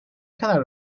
kadar